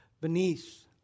beneath